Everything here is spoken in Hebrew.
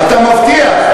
אתה מבטיח?